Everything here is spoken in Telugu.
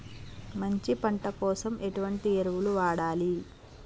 మంచి పంట కోసం ఎటువంటి ఎరువులు వాడాలి?